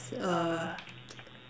uh